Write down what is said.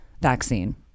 vaccine